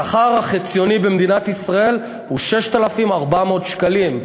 השכר החציוני במדינת ישראל הוא 6,400 שקלים,